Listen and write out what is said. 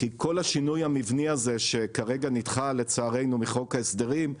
כי כל השינוי המבני הזה שכרגע נדחה לצערנו מחוק ההסדרים,